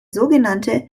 sogenannte